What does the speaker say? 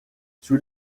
sous